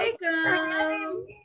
Welcome